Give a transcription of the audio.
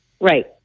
right